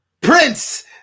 Prince